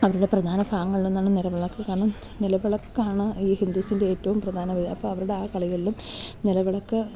അവരുടെ പ്രധാന ഭാഗങ്ങളിൽ നിന്നാണ് നിലവളക്ക് കാരണം നിലവളക്കാണ് ഈ ഹിന്ദുൂസിൻ്റെ ഏറ്റവും പ്രധാന അപ്പം അവരുടെ ആ കളികളിലും നിലവളക്ക്